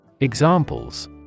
Examples